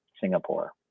Singapore